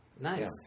Nice